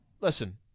Listen